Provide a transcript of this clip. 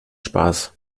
spaß